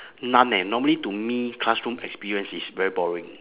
none eh normally to me classroom experience is very boring